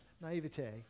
naivete